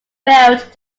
failed